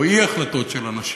או אי-החלטות של אנשים,